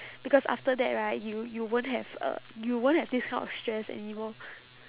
because after that right you you won't have uh you won't have this kind of stress anymore